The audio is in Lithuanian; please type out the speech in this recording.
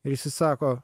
ir jisai sako